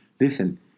listen